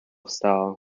style